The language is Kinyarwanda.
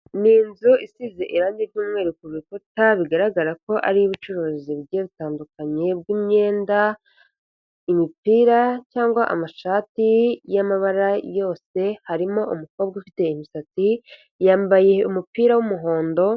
Ni inzu isize irangi ry'umweru ku rukuta bigaragara ko ari iy'ucuruzi bugiye butandukanye bw'imyenda, imipira cyangwa amashati y'amabara yose, harimo umukobwa ufite imisatsi yambaye umupira w'umuhondo.